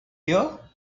here